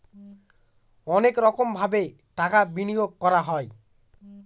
অনেক রকমভাবে টাকা বিনিয়োগ করা হয়